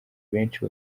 benshi